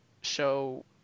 show